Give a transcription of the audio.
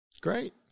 Great